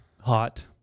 Hot